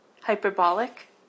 Hyperbolic